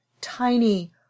tiny